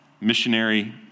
missionary